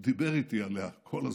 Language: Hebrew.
הוא דיבר איתי עליה כל הזמן.